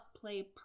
play